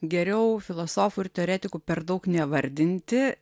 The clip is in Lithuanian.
geriau filosofų ir teoretikų per daug nevardinti